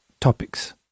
topics